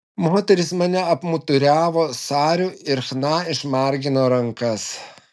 moterys mane apmuturiavo sariu ir chna išmargino rankas